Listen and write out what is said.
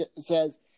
says